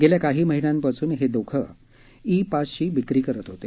गेल्या काही महिन्यांपासून हे दोघे ई पासची विक्री करत होते